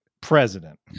president